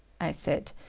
i said,